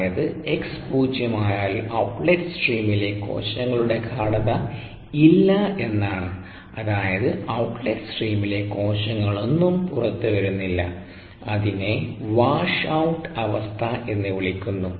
അതായത് x പൂജ്യമായാൽ outlet സ്ട്രീമിലെ കോശങ്ങളുടെ ഗാഢത ഇല്ല എന്നാണ് അതായത് ഔട്ട്ലെറ്റ് സ്ട്രീമിൽ കോശങ്ങളൊന്നും പുറത്തു വരുന്നില്ല അതിനെ വാഷ് ഔട്ട് അവസ്ഥ എന്ന് വിളിക്കുന്നു